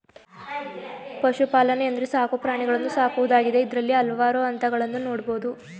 ಪಶುಪಾಲನೆ ಅಂದ್ರೆ ಸಾಕು ಪ್ರಾಣಿಗಳನ್ನು ಸಾಕುವುದಾಗಿದೆ ಇದ್ರಲ್ಲಿ ಹಲ್ವಾರು ಹಂತಗಳನ್ನ ನೋಡ್ಬೋದು